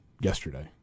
yesterday